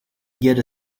get